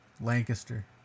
Lancaster